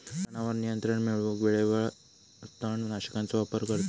तणावर नियंत्रण मिळवूक वेळेवेळेवर तण नाशकांचो वापर करतत